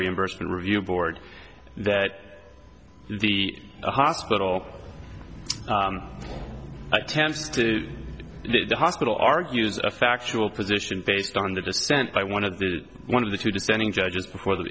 reimbursement review board that the hospital i can to the hospital argued a factual position based on the dissent by one of the one of the two defending judges before th